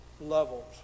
levels